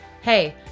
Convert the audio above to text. Hey